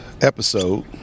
episode